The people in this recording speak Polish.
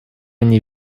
nie